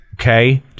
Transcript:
Okay